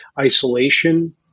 isolation